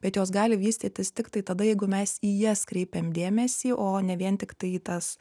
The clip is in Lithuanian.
bet jos gali vystytis tiktai tada jeigu mes į jas kreipiam dėmesį o ne vien tiktai į tas